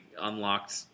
unlocked